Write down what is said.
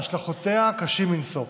והשלכותיה קשות מנשוא.